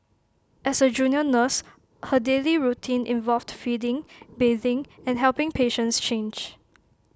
as A junior nurse her daily routine involved feeding bathing and helping patients change